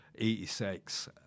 86